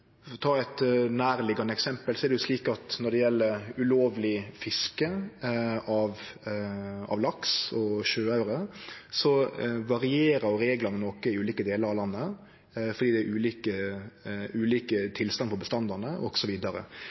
ta eit nærliggjande eksempel: Når det gjeld ulovleg fiske av laks og sjøaure, varierer reglane noko i ulike delar av landet fordi det er ulik tilstand på bestandane